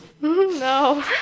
No